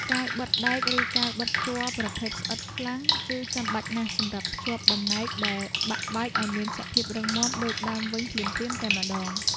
កាវបិទដែក ឬកាវបិទជ័រប្រភេទស្អិតខ្លាំង គឺចាំបាច់ណាស់សម្រាប់ភ្ជាប់បំណែកដែលបាក់បែកឱ្យមានសភាពរឹងមាំដូចដើមវិញភ្លាមៗតែម្តង។